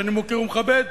שאני מוקיר ומכבד,